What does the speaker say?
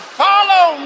follow